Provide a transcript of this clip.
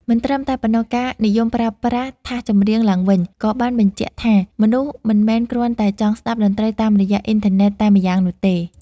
មិនត្រឹមតែប៉ុណ្ណោះ ការនិយមប្រើប្រាស់ថាសចម្រៀងឡើងវិញ ក៏បានសបញ្ជាក់ថា មនុស្សមិនមែនគ្រាន់តែចង់ស្តាប់តន្ត្រីតាមរយៈអ៊ីនធឺណិតតែម្យ៉ាងនោះទេ។